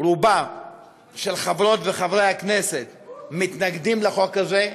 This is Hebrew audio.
רוב חברות וחברי הכנסת מתנגדים לחוק הזה,